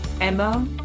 Emma